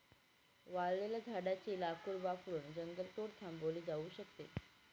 वाळलेल्या झाडाचे लाकूड वापरून जंगलतोड थांबवली जाऊ शकते